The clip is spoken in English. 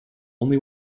only